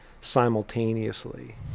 simultaneously